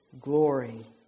glory